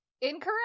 incorrect